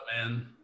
man